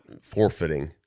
forfeiting